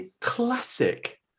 Classic